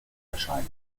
erscheinen